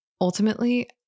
ultimately